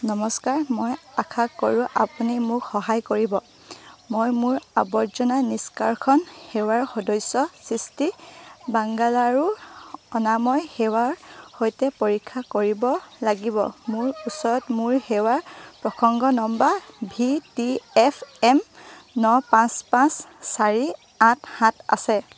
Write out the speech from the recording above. নমস্কাৰ মই আশা কৰোঁ আপুনি মোক সহায় কৰিব মই মোৰ আৱৰ্জনা নিষ্কাশন সেৱাৰ সদস্য স্থিতি বাংগালোৰ অনাময় সেৱাৰ সৈতে পৰীক্ষা কৰিব লাগিব মোৰ ওচৰত মোৰ সেৱাৰ প্ৰসংগ number V T F M N পাঁচ পাঁচ চাৰি আঠ সাত আছে